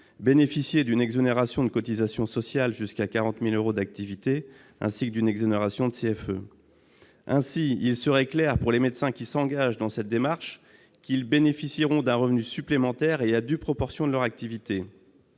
bénéficier d'une exonération de cotisations sociales jusqu'à 40 000 euros d'activité, ainsi que d'une exonération de cotisation foncière des entreprises. Ainsi, il serait clair pour les médecins qui s'engagent dans cette démarche qu'ils bénéficieront d'un revenu supplémentaire et à due proportion de leur activité.